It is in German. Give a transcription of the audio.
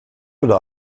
oder